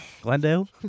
Glendale